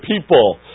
people